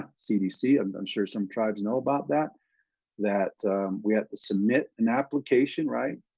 cdc, and i'm sure some tribes know about that that we have to submit an application, right?